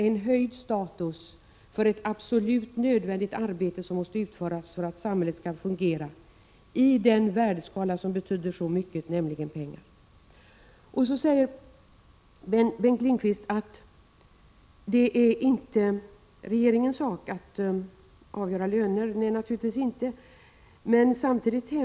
är avsedda för fortbildningsinsatser för personalen i familjedaghem, deltidsgrupper och öppna förskolor. Även personalsituationen inom hälsooch sjukvården kräver uppmärksamhet.